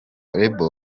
label